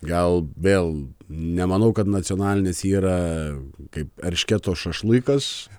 gal vėl nemanau kad nacionalinis yra kaip eršketo šašlykas